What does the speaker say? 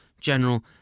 General